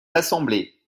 l’assemblée